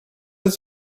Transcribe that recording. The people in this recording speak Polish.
jest